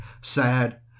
Sad